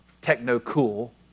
techno-cool